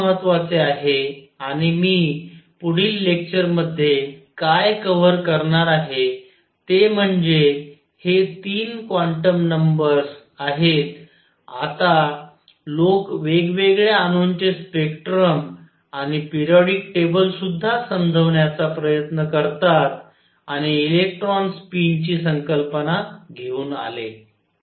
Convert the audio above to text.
काय महत्वाचे आहे आणि मी पुढील लेक्चर मध्ये काय कव्हर करणार आहे ते म्हणजे हे 3 क्वांटम नंबर्स आहेत आता लोक वेगवेगळ्या अणूंचे स्पेक्ट्रम आणि पेरियॉडिक टेबल सुद्धा समजावण्याचा प्रयत्न करतात आणि इलेक्ट्रॉन स्पिनची संकल्पना घेऊन आले